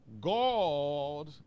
God